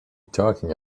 talking